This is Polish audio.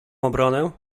obronę